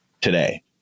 today